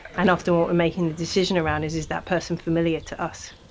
and often what we're making the decision around is is that person familiar to us?